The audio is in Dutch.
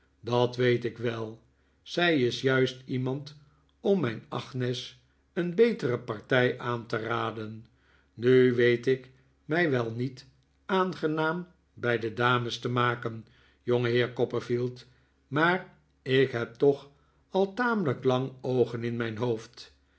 dat weet ik wel zij is juist iemand om mijn agnes een betere partij aan te raden nu weet ik mij wel niet aangenaam bij de dames te maken jongeheer copperfield maar ik heb toch al tamelijk lang oogen in mijn hoofd